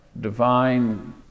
divine